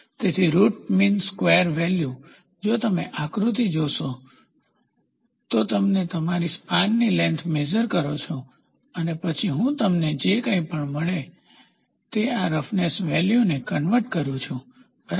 તેથી root mean square value જો તમે આકૃતિ જોશો તો તમારી સ્પાનની લેન્થ મેઝર કરો છો અને પછી હું તમને જે કંઈપણ મળે તે આ રફનેસ વેલ્યુને કન્વર્ટ કરું છું બરાબર